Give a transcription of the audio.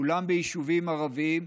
כולם ביישובים ערביים,